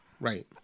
Right